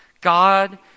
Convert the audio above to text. God